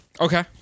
Okay